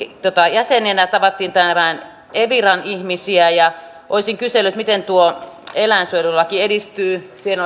jäseninä tapasimme eviran ihmisiä olisin kysynyt miten eläinsuojelulaki edistyy siinä